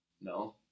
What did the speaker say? No